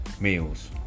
meals